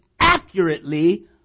accurately